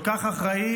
כל כך אחראי,